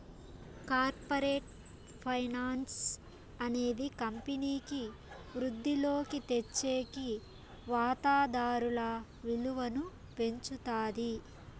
corporate finance అనేది కంపెనీకి వృద్ధిలోకి తెచ్చేకి వాతాదారుల విలువను పెంచుతాది